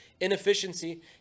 inefficiency